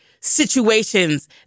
situations